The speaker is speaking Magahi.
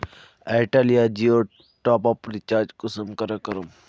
एयरटेल या जियोर टॉपअप रिचार्ज कुंसम करे करूम?